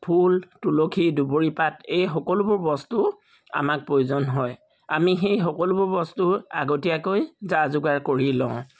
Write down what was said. ফুল তুলসী দূবৰি পাত এই সকলোবোৰ বস্তু আমাক প্ৰয়োজন হয় আমি সেই সকলোবোৰ বস্তু আগতীয়াকৈ যা যোগাৰ কৰি লওঁ